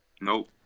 Nope